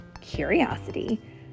Curiosity